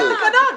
אבל.